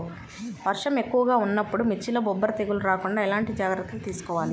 వర్షం ఎక్కువగా ఉన్నప్పుడు మిర్చిలో బొబ్బర తెగులు రాకుండా ఎలాంటి జాగ్రత్తలు తీసుకోవాలి?